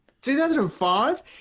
2005